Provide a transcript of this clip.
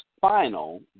final